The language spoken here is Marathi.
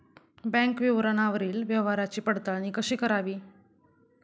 बँक विवरणावरील व्यवहाराची पडताळणी कशी करावी?